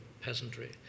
peasantry